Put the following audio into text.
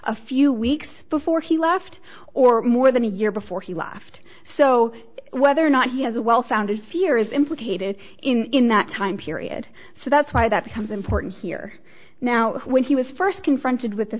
a few weeks before he left or more than a year before he left so whether or not he has a well founded fear is implicated in that time period so that's why that becomes important here now when he was first confronted with th